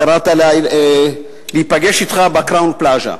קראת לי להיפגש אתך ב"קראון פלאזה".